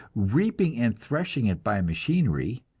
reaping and threshing it by machinery,